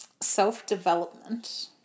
Self-development